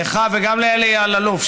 לך וגם לאלי אלאלוף,